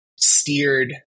steered